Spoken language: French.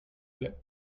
plait